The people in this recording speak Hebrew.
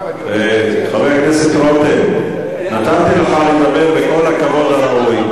חבר הכנסת רותם, נתתי לך לדבר, בכל הכבוד הראוי.